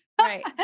right